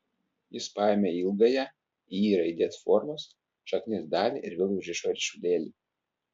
jis paėmė ilgąją y raidės formos šaknies dalį ir vėl užrišo ryšulėlį